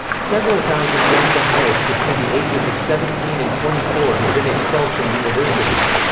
several thousand young baha'is between the ages of seventeen and twenty four have been expelled from universities.